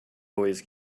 always